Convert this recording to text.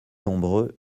nombreux